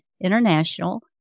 International